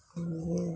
मागीर